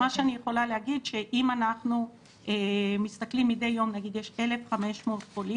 אם אנחנו מסתכלים מדי יום, נגיד יש 1,500 חולים,